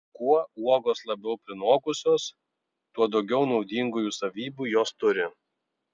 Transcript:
kuo uogos labiau prinokusios tuo daugiau naudingųjų savybių jos turi